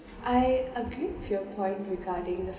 I agreed few point regarding the